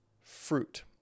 fruit